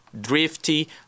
drifty